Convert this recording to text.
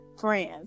friends